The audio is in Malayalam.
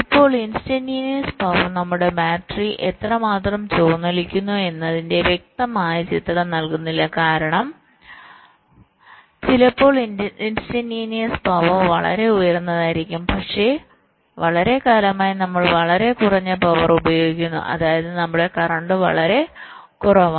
ഇപ്പോൾ ഇൻസ്റ്റന്റിനിയസ് പവർ നമ്മുടെ ബാറ്ററി എത്രമാത്രം ചോർന്നൊലിക്കുന്നു എന്നതിന്റെ വ്യക്തമായ ചിത്രം നൽകുന്നില്ല കാരണം ചിലപ്പോൾ ഇൻസ്റ്റന്റിനിയസ് പവർ വളരെ ഉയർന്നതായിരിക്കാം പക്ഷേ വളരെക്കാലമായി നമ്മൾ വളരെ കുറഞ്ഞ പവർ ഉപയോഗിക്കുന്നു അതായത് നമ്മുടെ കറന്റ് വളരെ കുറവാണ്